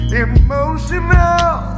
emotional